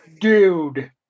Dude